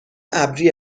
ابری